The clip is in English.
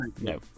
No